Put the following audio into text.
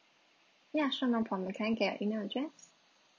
ya sure no problem can I get email address